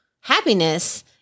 happiness